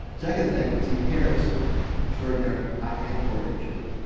second thing is he pairs extraordinary eye-hand coordination